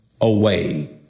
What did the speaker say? away